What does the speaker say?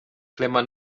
clement